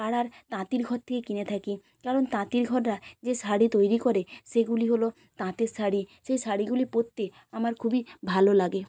পাড়ার তাঁতির ঘর থেকে কিনে থাকি কারণ তাঁতির ঘররা যে শাড়ি তৈরি করে সেগুলি হল তাঁতের শাড়ি সেই শাড়িগুলি পরতে আমার খুবই ভালো লাগে